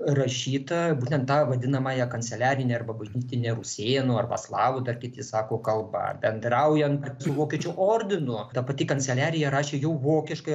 rašyta būtent ta vadinamąja kanceliarine arba bažnytine rusėnų arba slavų dar kiti sako kalba bendraujant su vokiečių ordinu ta pati kanceliarija rašė jau vokiškai